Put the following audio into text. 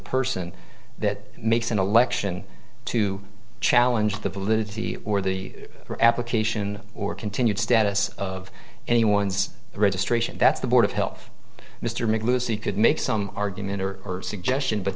person that makes an election to challenge the validity or the application or continued status of anyone's registration that's the board of health mr make lucy could make some argument or suggestion but